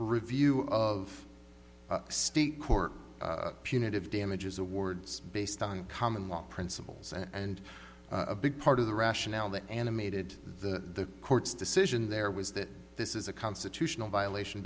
review of state court punitive damages awards based on common law principles and a big part of the rationale that animated the court's decision there was that this is a constitutional violation